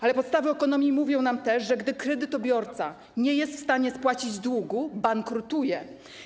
Ale podstawy ekonomii mówią nam też, że gdy kredytobiorca nie jest w stanie spłacić długu, bankrutuje.